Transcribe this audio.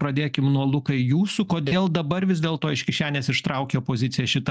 pradėkim nuo lukai jūsų kodėl dabar vis dėlto iš kišenės ištraukia opozicija šitą